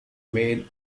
made